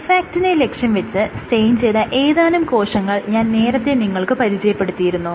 F ആക്ടിനെ ലക്ഷ്യം വെച്ച് സ്റ്റെയിൻ ചെയ്ത ഏതാനും കോശങ്ങൾ ഞാൻ നേരത്തെ നിങ്ങൾക്ക് പരിചയപെടുത്തിയിരുന്നു